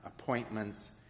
appointments